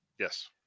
Yes